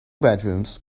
bedrooms